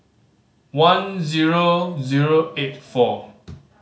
one zero zero eight four